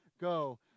go